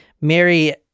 Mary